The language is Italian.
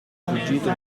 fuggito